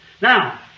Now